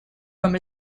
from